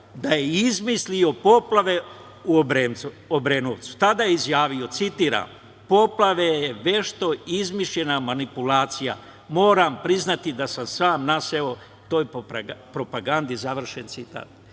da je izmislio poplave u Obrenovcu. Tada je izjavio citiram – poplave je vešto izmišljena manipulacija moram priznati da sam naseo toj propagandi, završen citat.